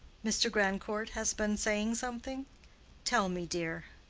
mr. grandcourt has been saying something tell me, dear.